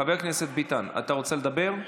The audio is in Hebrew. חבר הכנסת ביטן, אתה רוצה לדבר?